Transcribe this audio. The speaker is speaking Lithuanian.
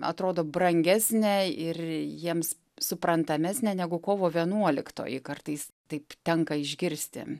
atrodo brangesnė ir jiems suprantamesnė negu kovo vienuoliktoji kartais taip tenka išgirsti